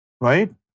Right